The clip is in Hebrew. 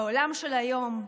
בעולם של היום,